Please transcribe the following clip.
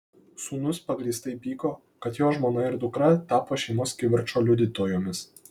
sūnus pagrįstai pyko kad jo žmona ir dukra tapo šeimos kivirčo liudytojomis